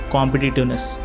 Competitiveness